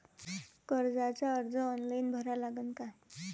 कर्जाचा अर्ज ऑनलाईन भरा लागन का?